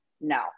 No